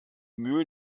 mühlen